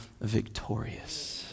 victorious